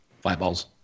Fireballs